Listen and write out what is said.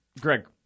Greg